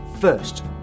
First